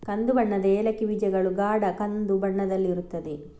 ಕಂದು ಬಣ್ಣದ ಏಲಕ್ಕಿ ಬೀಜಗಳು ಗಾಢ ಕಂದು ಬಣ್ಣದಲ್ಲಿರುತ್ತವೆ